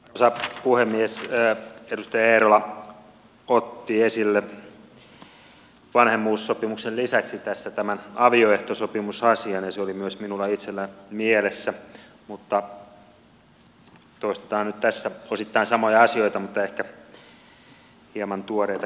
edustaja eerola otti esille vanhemmuussopimuksen lisäksi tässä tämän avioehtosopimusasian ja se oli myös minulla itselläni mielessä mutta toistetaan nyt tässä osittain samoja asioita mutta ehkä hieman tuoreitakin näkökulmia